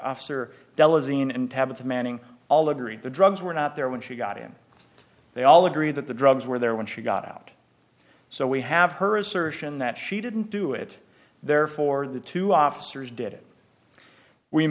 tabitha manning all agree the drugs were not there when she got in they all agree that the drugs were there when she got out so we have her assertion that she didn't do it therefore the two officers did